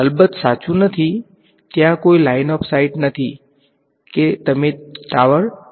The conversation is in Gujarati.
અલબત્ત સાચું નથી ત્યાં કોઈ લાઈન ઓફ સાઈટ છે